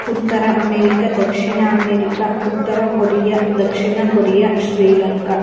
Uttara America Dakshina America Uttara Korea Dakshina Korea Sri Lanka